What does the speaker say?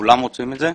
כולם רוצים את זה,